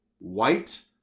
white